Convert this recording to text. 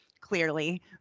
clearly